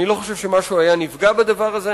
אני לא חושב שמשהו היה נפגע בדבר הזה,